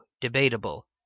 Debatable